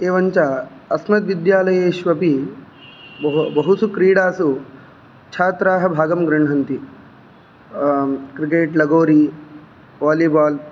एवं च अस्मद्विद्यालयेष्वपि ब बहुषु क्रीडासु छात्राः भागं गृह्णन्ति क्रिकेट् लगोरि वालिबाल्